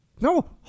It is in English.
no